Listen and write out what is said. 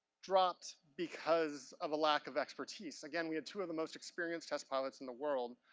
dropped because of a lack of expertise. again, we had two of the most experienced test pilots in the world